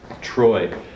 Troy